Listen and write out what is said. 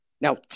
Now